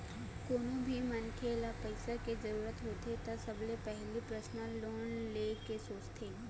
कोनो भी मनखे ल पइसा के जरूरत होथे त सबले पहिली परसनल लोन ले के सोचथे